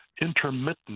Intermittent